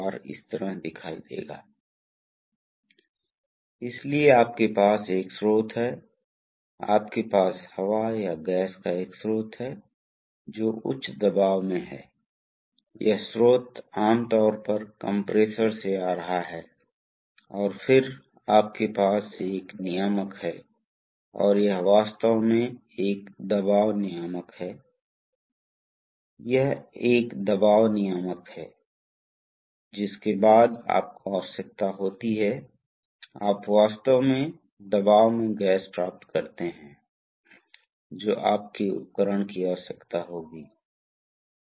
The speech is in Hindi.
लेकिन इस स्तर पर यह निश्चित हो जाता है यदि आप यहाँ दबाव ड्रॉप बढ़ाते हैं तो यहाँ दबाव गिर जाएगा इसलिए इस तरह से दबाव समायोजित होने वाला है यह एक विशेष प्रवाह बना रहेगा जब इन दोनों के बीच दबाव अंतर इन दोनों के बीच दबाव अंतर क्या है यह संतुलन में क्यों है क्योंकि यहां ऊपर की ओर दबाव है यहां नीचे की ओर दबाव है और स्प्रिंग बल है जो नीचे की ओर है इसलिए यह होगा इसलिए किसी भी स्थिर अवस्था में इस दबाव और इस दबाव के बीच का अंतर हमेशा स्प्रिंग के बराबर होने वाला है